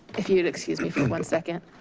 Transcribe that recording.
if you'd excuse me for one second.